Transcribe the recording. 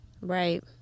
Right